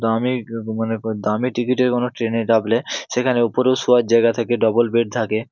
দামি মনে কর দামি টিকিটের কোনো ট্রেনে চাপলে সেখানে উপরেও শোওয়ার জায়গা থাকে ডবল বেড থাকে